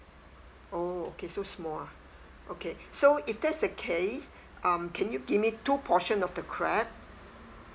oh okay so small ah okay so if that's the case um can you give me two portion of the crab